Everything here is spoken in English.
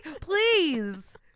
Please